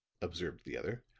observed the other.